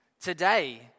Today